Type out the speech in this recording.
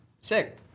Sick